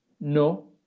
No